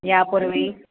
यापूर्वी